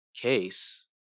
Case